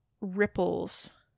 ripples